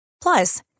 Plus